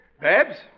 Babs